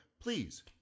Please